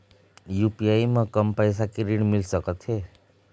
UPI म कम पैसा के ऋण मिल सकथे?